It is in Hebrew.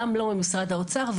גם לא ממשרד האוצר,